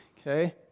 Okay